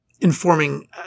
informing